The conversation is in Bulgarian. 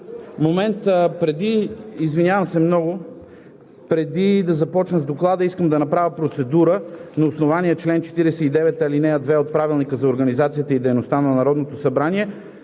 телевизията“. Извинявам се, преди да започна с Доклада, искам да направя процедура – на основание чл. 49, ал. 2 от Правилника за организацията и дейността на Народното събрание